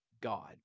God